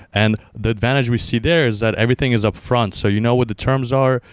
and the advantage we see there is that everything is upfront. so you know what the terms are.